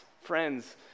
friends